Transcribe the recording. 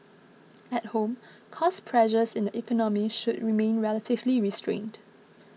at home cost pressures in the economy should remain relatively restrained